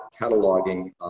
cataloging